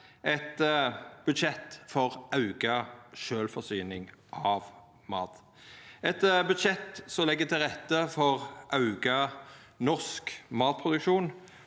eit budsjett for auka sjølvforsyning av mat, eit budsjett som legg til rette for auka norsk matproduksjon